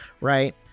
right